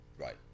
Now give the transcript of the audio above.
right